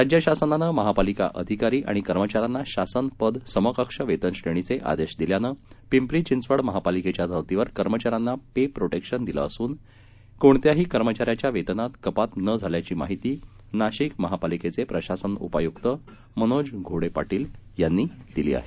राज्यशासनानंमहापालिकाआधिकारीआणिकर्मचा यांनाशासनपदसमकक्षवेतनश्रेणीचेआदेशदिल्यानंपिपरीचिंचवडमहापालिकेच्याधर्तीवरक र्मचाऱ्यांनापेप्रोटेक्शनदिलंअसूनकोणत्याहीकर्मचाऱ्याच्यावेतनातकपातनझाल्याचीमाहितीनाशिकमहापालिकेचेप्रशासनउपायुक्तमनोजघोडे पाटीलयांनीदिलीआहे